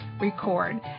record